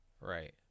Right